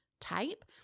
type